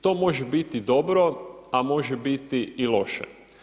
To može biti dobro, a može biti i loše.